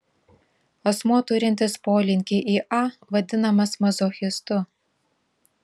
asmuo turintis polinkį į a vadinamas mazochistu